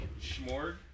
Schmorg